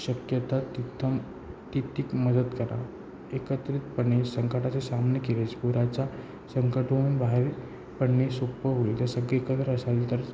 शक्यता तित्थम तितत्तीक मदत करा एकत्रितपणे संकटाचे सामने केलेच पुराचा संकटहून बाहेर पडणे सोपं होईल जर सगळे एकत्र असाल तर